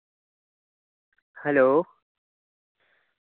hello